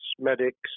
medics